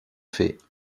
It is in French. fait